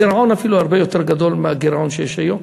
גירעון אפילו הרבה יותר גדול מהגירעון שיש היום.